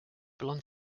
belong